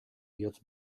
bihotz